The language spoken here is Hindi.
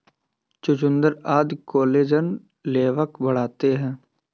चुकुन्दर आदि कोलेजन लेवल बढ़ाता है